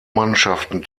mannschaften